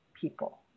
people